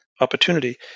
opportunity